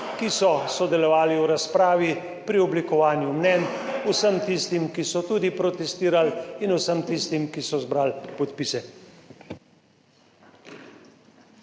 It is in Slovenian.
ki so sodelovali v razpravi, pri oblikovanju mnenj, vsem tistim, ki so tudi protestirali, in vsem tistim, ki so zbrali podpise.